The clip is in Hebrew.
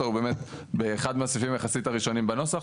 הוא באמת אחד מהסעיפים היחסית ראשונים בנוסח.